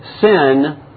sin